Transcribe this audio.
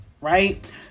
Right